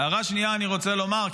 והערה שנייה אני רוצה לומר,